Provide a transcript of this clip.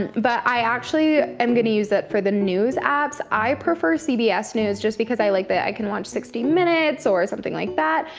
but i actually am gonna use it for the news apps. i prefer cbs news, just because i like that i can watch sixty minutes or something like that,